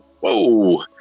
whoa